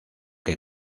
que